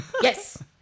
yes